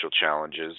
challenges